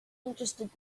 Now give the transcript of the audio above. interested